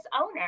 owner